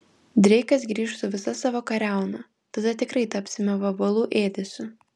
dreikas grįš su visa savo kariauna tada tikrai tapsime vabalų ėdesiu